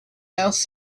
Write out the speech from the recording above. else